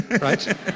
right